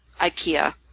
IKEA